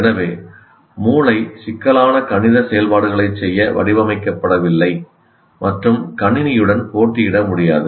எனவே மூளை சிக்கலான கணித செயல்பாடுகளைச் செய்ய வடிவமைக்கப்படவில்லை மற்றும் கணினியுடன் போட்டியிட முடியாது